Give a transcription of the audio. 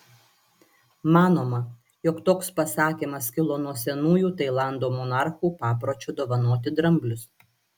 manoma jog toks pasakymas kilo nuo senųjų tailando monarchų papročio dovanoti dramblius